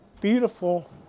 beautiful